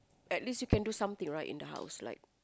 at least you can do something right in the house like